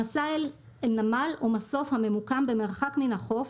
מסע אל נמל או מסוף הממוקם במרחק מן החוף,